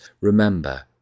Remember